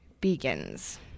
begins